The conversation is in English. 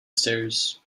stairs